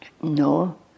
No